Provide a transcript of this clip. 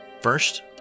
first